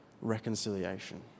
reconciliation